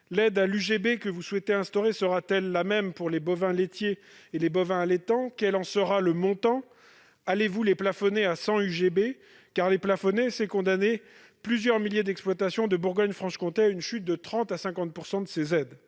bétail, l'UGB, que vous souhaitez instaurer sera-t-elle la même pour les bovins laitiers et les bovins allaitants ? Quel en sera le montant ? Allez-vous les plafonner à 100 UGB ? En effet, les plafonner, ce serait condamner plusieurs milliers d'exploitations de Bourgogne-Franche-Comté à une chute des aides